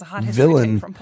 villain